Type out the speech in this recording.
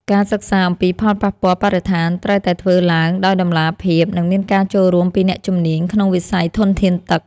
ការសិក្សាអំពីផលប៉ះពាល់បរិស្ថានត្រូវតែធ្វើឡើងដោយតម្លាភាព និងមានការចូលរួមពីអ្នកជំនាញក្នុងវិស័យធនធានទឹក។